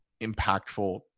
impactful